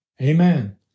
Amen